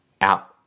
out